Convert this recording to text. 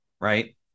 right